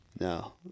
no